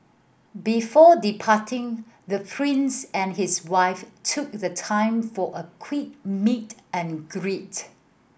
before departing the Prince and his wife took the time for a quick meet and greet